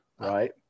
Right